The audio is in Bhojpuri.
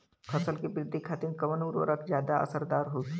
फसल के वृद्धि खातिन कवन उर्वरक ज्यादा असरदार होखि?